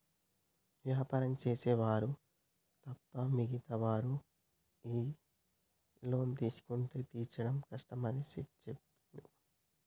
వ్యాపారం చేసే వారు తప్ప మిగతా వారు ఈ లోన్ తీసుకుంటే తీర్చడం కష్టమని సేట్ చెప్పిండు